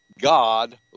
god